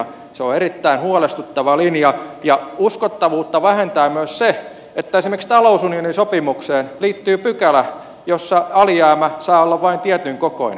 se on erittäin huolestuttava linja ja uskottavuutta vähentää myös se että esimerkiksi talousunionisopimukseen liittyy pykälä jossa alijäämä saa olla vain tietyn kokoinen